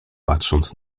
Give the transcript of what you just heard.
patrząc